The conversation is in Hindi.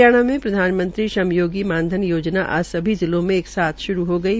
हरियाणा में भी प्रधानमंत्री श्रम योगी कामधन योजना आज सभी जिलों में एक साथ श्रू हो गई है